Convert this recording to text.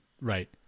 right